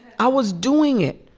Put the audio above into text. i was doing it.